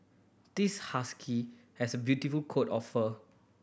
this husky has a beautiful coat of fur